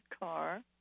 car